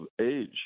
age